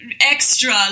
extra